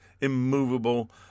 immovable